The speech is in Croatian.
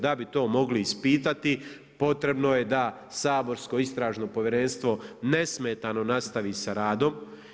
Da bi to mogli ispitati potrebno je da saborsko Istražno povjerenstvo nesmetano nastavi sa radom.